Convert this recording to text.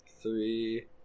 three